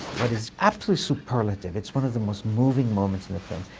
what is absolutely superlative it's one of the most moving moments in the film,